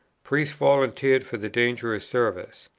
priests volunteered for the dangerous service.